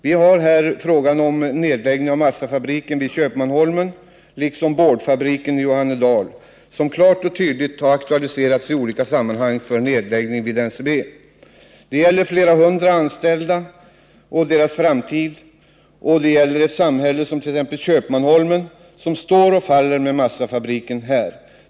Vi har här frågan om nedläggning av massafabriken i Köpmanholmen liksom nedläggning av boardfabriken i Johannedal. NCB har i olika sammanhang klart och tydligt sagt att dessa fabriker är aktuella för nedläggning. Det gäller flera hundra anställda och deras framtid. Köpmanholmen är ett samhälle som står och faller med massafabriken.